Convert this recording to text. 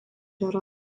yra